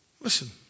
Listen